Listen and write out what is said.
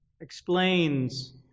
explains